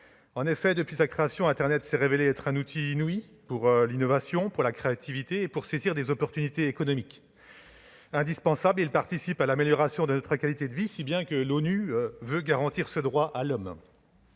d'internet. Depuis sa création, internet s'est révélé être un outil inouï tant pour l'innovation et la créativité que pour la saisie possibilités de progrès économiques. Indispensable, il participe à l'amélioration de notre qualité de vie, si bien que l'ONU veut garantir le droit à son